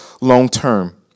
long-term